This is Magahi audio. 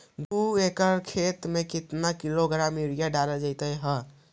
दू एकड़ खेत में कितने किलोग्राम यूरिया डाले जाते हैं?